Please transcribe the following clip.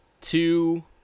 two